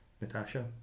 Natasha